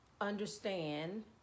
understand